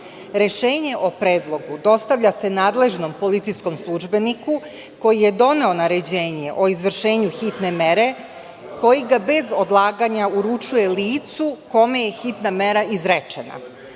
Rešenje o predlogu dostavlja se nadležnom policijskom službeniku koji je doneo naređenje o izricanju hitne mere, koji ga bez odlaganja uručuje licu kome je hitna mera izrečena.